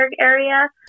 area